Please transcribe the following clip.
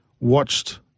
watched